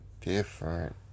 different